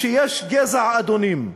שיש גזע אדונים,